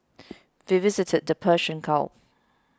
we visited the Persian Gulf